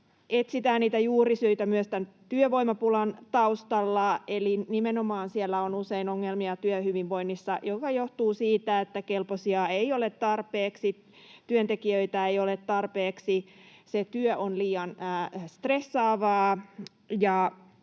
niitä juurisyitä myös tämän työvoimapulan taustalta, eli nimenomaan siellä on usein ongelmia työhyvinvoinnissa, mikä johtuu siitä, että kelpoisia ei ole tarpeeksi, työntekijöitä ei ole tarpeeksi. Se työ on liian stressaavaa,